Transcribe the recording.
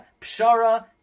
pshara